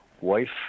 wife